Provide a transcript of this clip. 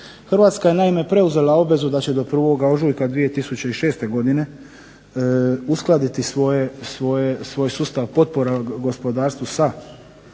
Hrvatska je naime preuzela obvezu da će do 1. ožujka 2006. godine uskladiti svoj sustav potpora gospodarstvu sa znači